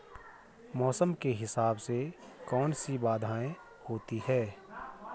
मौसम के हिसाब से कौन कौन सी बाधाएं होती हैं?